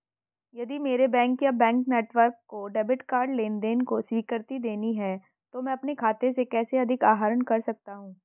यदि मेरे बैंक या बैंक नेटवर्क को डेबिट कार्ड लेनदेन को स्वीकृति देनी है तो मैं अपने खाते से कैसे अधिक आहरण कर सकता हूँ?